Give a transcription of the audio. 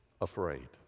afraid